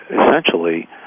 essentially